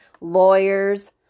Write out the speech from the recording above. lawyers